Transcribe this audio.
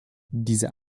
dieser